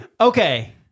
Okay